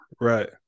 right